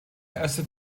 erste